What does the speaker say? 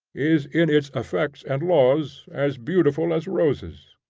is, in its effects and laws, as beautiful as roses.